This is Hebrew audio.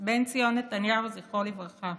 בן ציון נתניהו, זכרו לברכה,